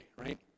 right